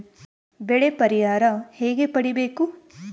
ಬೆಳೆ ಪರಿಹಾರ ಹೇಗೆ ಪಡಿಬೇಕು?